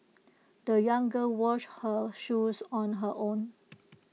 the young girl washed her shoes on her own